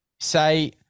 Say